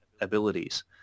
abilities